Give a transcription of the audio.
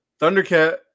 Thundercat